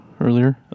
earlier